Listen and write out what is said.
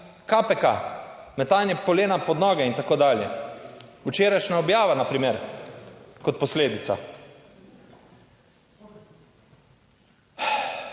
KPK, metanje polena pod noge in tako dalje. Včerajšnja objava na primer, kot posledica.